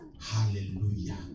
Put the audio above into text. Hallelujah